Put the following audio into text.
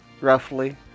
roughly